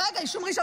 רגע, אישום ראשון.